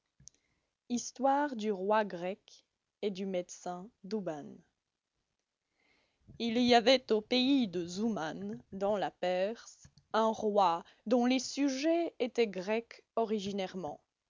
histoire du roi grec et du médecin douban il y avait au pays de zouman dans la perse un roi dont les sujets étaient grecs originairement